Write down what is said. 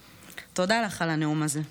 ותודה לך על הנאום הזה.